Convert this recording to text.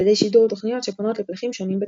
על ידי שידור תוכניות שפונות לפלחים שונים בציבור.